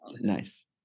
Nice